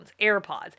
AirPods